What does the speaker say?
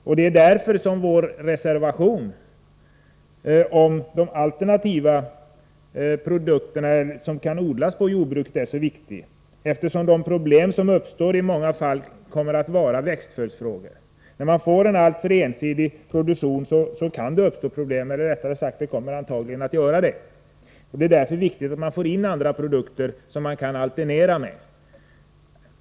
Det är också därför som vår motion om de alternativa produkter som kan odlas inom jordbruket är så viktig. De problem som uppstår kommer i många fall att gälla växtföljdsfrågor. När man får en alltför ensidig produktion kommer det antagligen att uppstå problem, och det är därför viktigt att man får in andra produkter som man kan alternera med.